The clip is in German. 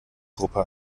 gruppe